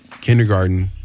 kindergarten